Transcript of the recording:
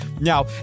Now